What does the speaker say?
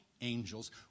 angels